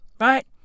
Right